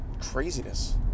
craziness